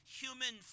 human